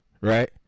right